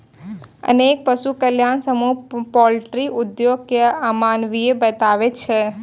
अनेक पशु कल्याण समूह पॉल्ट्री उद्योग कें अमानवीय बताबै छै